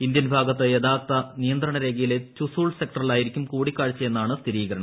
Indian ഭാഗത്ത് യഥാർത്ഥ നിയന്ത്രണരേഖയിലെ ചുസൂൾ സെക്ടറിലായിരിക്കും കൂടിക്കാഴ്ചയെന്നാണ് സ്ഥിരീകരണം